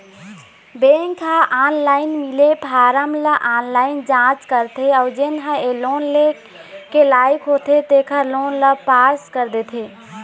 bank ह online मिले form ल ऑनलाईन जाँच करथे अउ जेन ह ए लोन लेय के लइक होथे तेखर लोन ल पास कर देथे